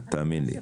תאמין לי.